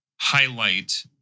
highlight